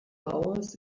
hours